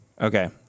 Okay